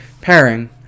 pairing